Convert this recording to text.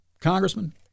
Congressman